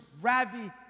Ravi